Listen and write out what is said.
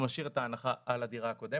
נופל עליו.